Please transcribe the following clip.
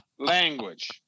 Language